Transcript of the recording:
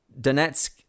Donetsk